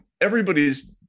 everybody's